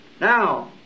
now